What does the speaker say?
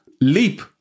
leap